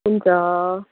हुन्छ